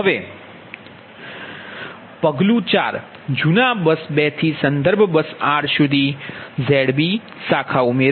હવે પગલું 4 જૂના બસ 2 થી સંદર્ભ બસ r સુધી Z2r શાખા ઉમેરો